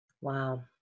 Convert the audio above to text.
wow